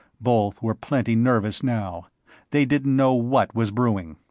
both were plenty nervous now they didn't know what was brewing.